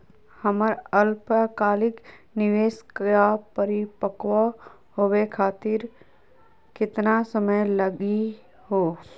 हमर अल्पकालिक निवेस क परिपक्व होवे खातिर केतना समय लगही हो?